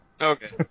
Okay